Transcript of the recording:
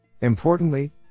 Importantly